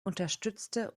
unterstützte